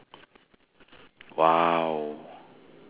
!wow!